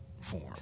form